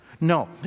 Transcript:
No